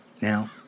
Now